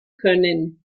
können